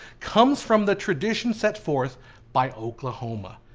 comes from the tradition set forth by oklahoma.